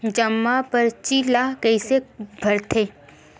जमा परची ल कइसे भरथे?